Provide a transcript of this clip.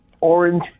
Orange